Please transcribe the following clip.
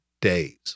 days